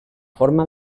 forma